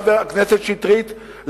חבר הכנסת שטרית,